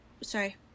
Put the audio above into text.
Sorry